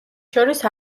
შორის